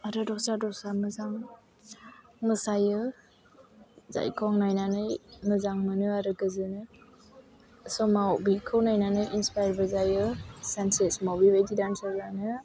आरो दस्रा दस्रा मोजां मोसायो जायखौ आं नायनानै मोजां मोनो आरो गोजोनो समाव बेखौ नायनानै इन्सफाइयारबो जायो सानसे समाव बेबायदि दान्सार जानो